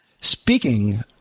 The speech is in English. Speaking